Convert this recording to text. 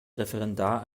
referendar